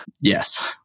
Yes